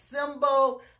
symbol